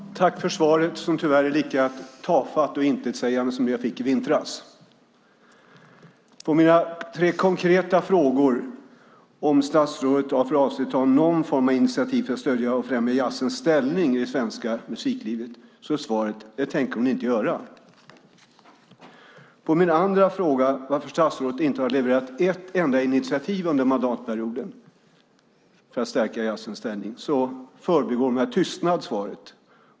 Fru talman! Tack, kulturministern, för svaret som dock tyvärr är lika tafatt och intetsägande som det jag fick i vintras! Jag ställde tre konkreta frågor. På den första, om statsrådet har för avsikt att ta någon form av initiativ för att stödja och främja jazzens ställning i det svenska musiklivet, är svaret att det tänker hon inte göra. På min andra fråga, som handlar om varför statsrådet inte har levererat ett enda initiativ under mandatperioden för att stärka jazzens ställning förbigår hon med tystnad svaret.